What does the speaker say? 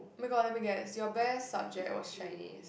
oh my god let me guess your best subject was Chinese